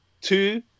two